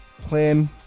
Plan